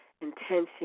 intention